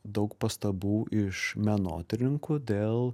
daug pastabų iš menotyrininkų dėl